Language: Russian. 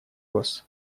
вас